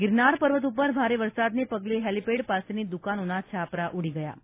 ગીરનાર પર્વત ઉપર ભારે વરસાદને પગલે હેલીપેડ પાસેની દુકાનોના છાંપરા ઉડી ગયા છે